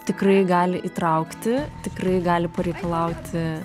tikrai gali įtraukti tikrai gali pareikalauti